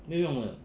没有用的